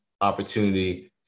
opportunity